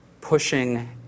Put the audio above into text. pushing